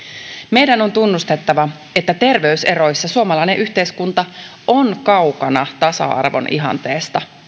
meidän on tunnustettava että terveyseroissa suomalainen yhteiskunta on kaukana tasa arvon ihanteesta